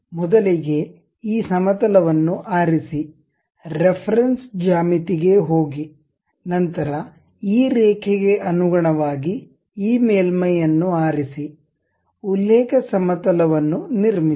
ಮೊದಲಿಗೆ ಈ ಸಮತಲವನ್ನು ಆರಿಸಿ ರೆಫರೆನ್ಸ್ ಜ್ಯಾಮಿತಿ ಗೆ ಹೋಗಿ ನಂತರ ಈ ರೇಖೆಗೆ ಅನುಗುಣವಾಗಿ ಈ ಮೇಲ್ಮೈಯನ್ನು ಆರಿಸಿ ಉಲ್ಲೇಖ ಸಮತಲವನ್ನು ನಿರ್ಮಿಸಿ